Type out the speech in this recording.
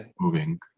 moving